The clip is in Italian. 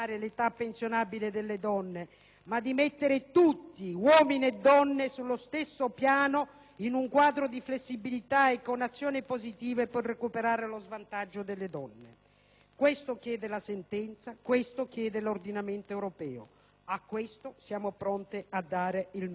ma di mettere tutti, uomini e donne, sullo stesso piano in un quadro di flessibilità e con azioni positive per recuperare lo svantaggio delle donne. Questo chiede la sentenza, questo chiede l'ordinamento europeo. Per questo siamo pronte a dare il nostro sostegno in questa Aula.